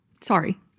Sorry